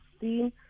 seen